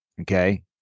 okay